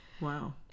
Wow